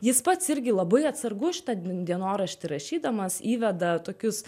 jis pats irgi labai atsargus šitą dienoraštį rašydamas įveda tokius